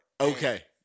Okay